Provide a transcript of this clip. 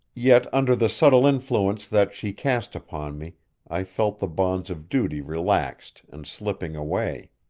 yet under the subtle influence that she cast upon me i felt the bonds of duty relaxed and slipping away.